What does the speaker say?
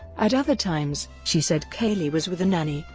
at other times, she said caylee was with a nanny,